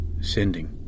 Sending